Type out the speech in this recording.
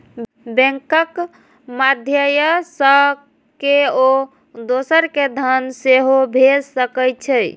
बैंकक माध्यय सं केओ दोसर कें धन सेहो भेज सकै छै